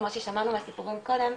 כמו ששמענו מהסיפורים כאן,